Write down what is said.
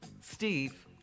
Steve